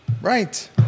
Right